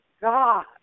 God